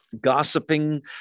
Gossiping